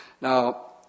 Now